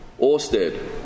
Orsted